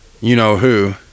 you-know-who